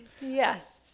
Yes